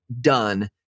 done